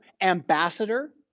Ambassador